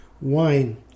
wine